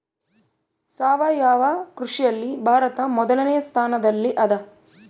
ಸಾವಯವ ಕೃಷಿಯಲ್ಲಿ ಭಾರತ ಮೊದಲನೇ ಸ್ಥಾನದಲ್ಲಿ ಅದ